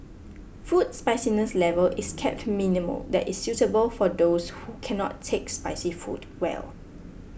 food spiciness level is kept minimal that is suitable for those who cannot take spicy food well